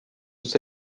was